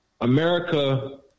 America